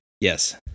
Yes